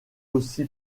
aussi